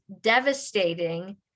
devastating